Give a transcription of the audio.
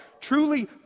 truly